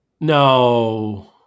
No